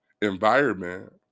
environment